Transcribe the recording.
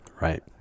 Right